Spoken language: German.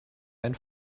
ein